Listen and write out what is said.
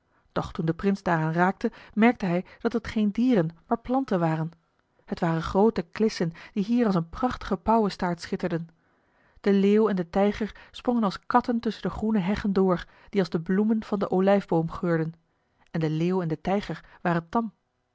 doch toen de prins daaraan raakte merkte hij dat het geen dieren maar planten waren het waren groote klissen die hier als een prachtige pauwestaart schitterden de leeuw en de tijger sprongen als katten tusschen de groene heggen door die als de bloemen van den olijfboom geurden en de leeuw en de tijger waren tam